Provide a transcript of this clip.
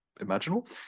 imaginable